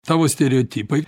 tavo stereotipai